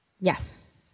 Yes